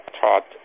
taught